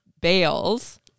bales